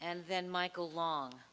and then michael long